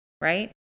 right